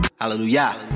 Hallelujah